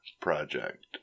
project